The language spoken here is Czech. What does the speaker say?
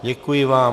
Děkuji vám.